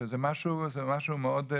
שזה משהו מאוד,